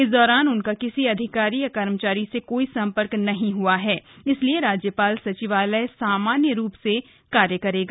इस दौरान उनका किसी अधिकारी कर्मचारी से कोई सम्पर्क नहीं हआ है इसलिए राज्यपाल सचिवालय सामान्य रूप से कार्य करेगा